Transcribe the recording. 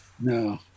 no